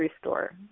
store